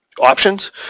options